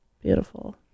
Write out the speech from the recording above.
Beautiful